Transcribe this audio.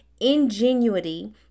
ingenuity